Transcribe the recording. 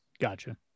Gotcha